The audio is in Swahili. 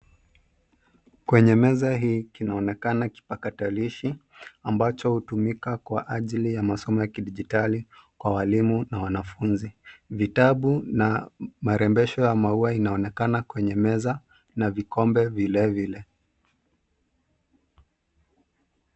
Kwenye meza hii kinaonakana kipakatalishi ambacho utumika kwa ajili ya masomo ya kidigitali kwa walimu na wanafunzi. Vitabu na marembesho ya maua inaonekana kwenye meza na vikombe vile vile.